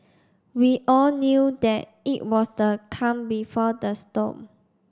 we all knew that it was the calm before the storm